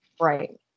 Right